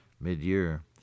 mid-year